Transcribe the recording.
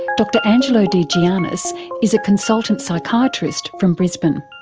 dr angelo de gioannis is a consultant psychiatrist from brisbane.